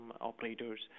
operators